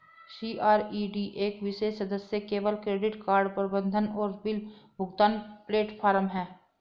CRED एक विशेष सदस्य केवल क्रेडिट कार्ड प्रबंधन और बिल भुगतान प्लेटफ़ॉर्म है